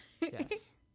Yes